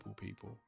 people